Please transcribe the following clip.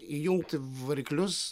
įjungti variklius